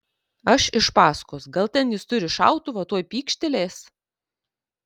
aš iš paskos gal ten jis turi šautuvą tuoj pykštelės